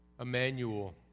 Emmanuel